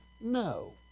No